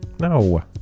No